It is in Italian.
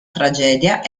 tragedia